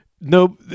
no